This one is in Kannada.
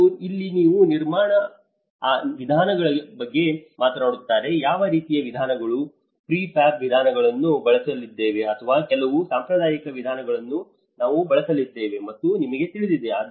ಮತ್ತು ಇಲ್ಲಿ ಅವರು ನಿರ್ಮಾಣ ವಿಧಾನಗಳ ಬಗ್ಗೆ ಮಾತನಾಡುತ್ತಾರೆ ಯಾವ ರೀತಿಯ ವಿಧಾನಗಳು ಪ್ರಿಫ್ಯಾಬ್ ವಿಧಾನಗಳನ್ನು ಬಳಸಲಿದ್ದೇವೆ ಅಥವಾ ಕೆಲವು ಸಾಂಪ್ರದಾಯಿಕ ವಿಧಾನಗಳನ್ನು ನಾವು ಬಳಸಲಿದ್ದೇವೆ ಎಂದು ನಿಮಗೆ ತಿಳಿದಿದೆ